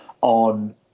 on